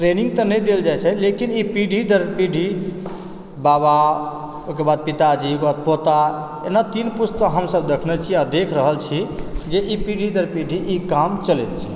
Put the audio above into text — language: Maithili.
ट्रेनिङ्ग तऽ नहि देल जाइत छै लेकिन ई पीढ़ी दर पीढ़ी बाबा ओहिके बाद पिताजी ओकर बाद पोता एना तीन पुस्त तऽ हमसब देखने छी आ देख रहल छी जे ई पीढ़ी दर पीढ़ी ई काम चलैत छै